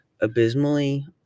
abysmally